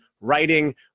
writing